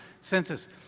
census